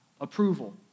approval